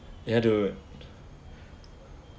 ya dude